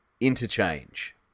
interchange